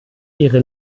ihre